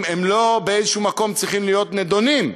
הם לא באיזה מקום צריכים להיות נדונים,